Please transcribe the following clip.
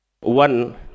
one